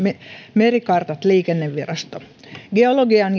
merikartat liikennevirasto geologian